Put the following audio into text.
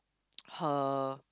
her